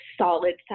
solid